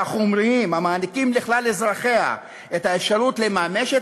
החומריים המעניקים לכלל אזרחיה את האפשרות לממש את